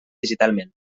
digitalment